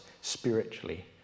spiritually